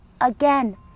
again